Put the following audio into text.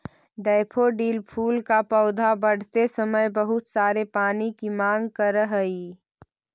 daffodil फूल का पौधा बढ़ते समय बहुत सारे पानी की मांग करअ हई